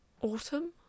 autumn